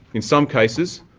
in some cases,